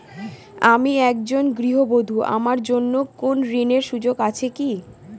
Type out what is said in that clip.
আমি একজন গৃহবধূ আমার জন্য কোন ঋণের সুযোগ আছে কি?